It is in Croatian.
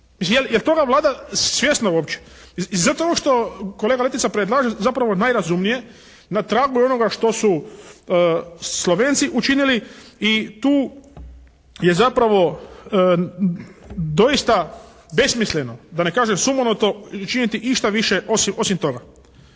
Je li toga Vlada svjesna uopće. I zato ono što kolega Letica predlaže, zapravo najrazumnije, na tragu je onoga što su Slovenci učinili i tu je zapravo doista besmisleno da ne kažem sumanuto činiti išta više osim toga.